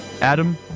Adam